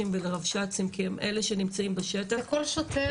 ולרבש"צים כי הם אלה שנמצאים בשטח --- לכל שוטר.